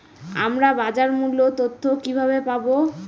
আমরা বাজার মূল্য তথ্য কিবাবে পাবো?